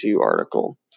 article